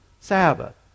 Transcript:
Sabbath